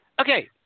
okay